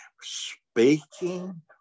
speaking